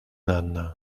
âne